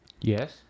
Yes